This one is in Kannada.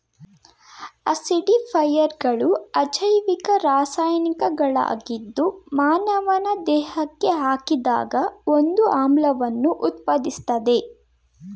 ಆಸಿಡಿಫೈಯರ್ಗಳು ಅಜೈವಿಕ ರಾಸಾಯನಿಕಗಳಾಗಿದ್ದು ಮಾನವನ ದೇಹಕ್ಕೆ ಹಾಕಿದಾಗ ಒಂದು ಆಮ್ಲವನ್ನು ಉತ್ಪಾದಿಸ್ತದೆ